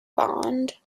bond